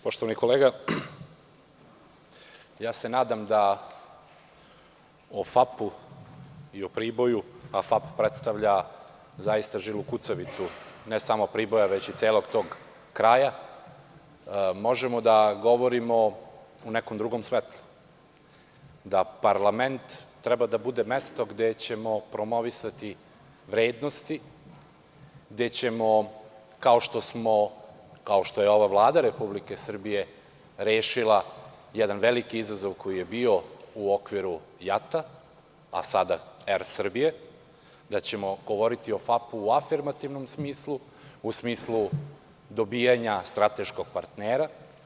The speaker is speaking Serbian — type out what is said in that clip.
Poštovani kolega, nadam se o FAP i o Priboju, a FAP predstavlja žilu kucavicu ne samo Priboja, već i celog tog kraja, možemo da govorimo u nekom drugom svetlu, da parlament treba da bude mesto gde ćemo promovisati vrednosti, gde ćemo, kao što je ova Vlada Republike Srbije rešila jedan veliki izazov koji je bio u okviru JAT, a sada Er Srbije, da ćemo govoriti o JAT u afirmativnom smislu, u smislu dobijanja strateškog partnera.